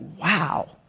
wow